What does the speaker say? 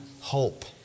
hope